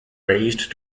raised